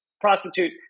prostitute